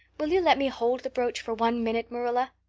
will you let me hold the brooch for one minute, marilla?